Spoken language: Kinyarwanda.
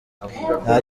nta